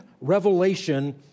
revelation